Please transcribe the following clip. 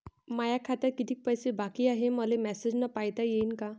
माया खात्यात कितीक पैसे बाकी हाय, हे मले मॅसेजन पायता येईन का?